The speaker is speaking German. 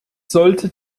sollte